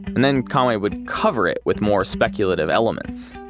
and then conway would cover it with more speculative elements.